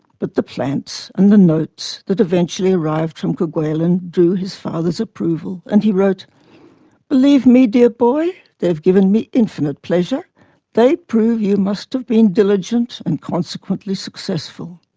but the plants, and the notes that eventually arrived from kerguelen drew his father's approval and he wrote believe me, dear boy, they have given me infinite pleasure they prove that you must have been diligent, and consequently successful.